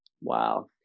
Wow